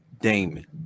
Damon